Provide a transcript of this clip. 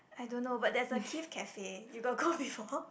I don't know but there's a Kith Cafe you got go before